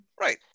Right